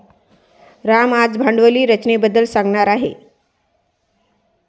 राम आज भांडवली रचनेबद्दल सांगणार आहे